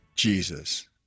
Jesus